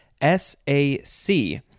S-A-C